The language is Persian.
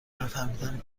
نفهمیدم